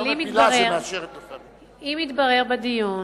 אבל אם יתברר בדיון